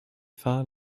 thought